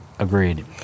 Agreed